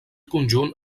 conjunt